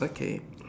okay